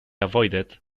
avoided